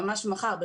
ממש מחר,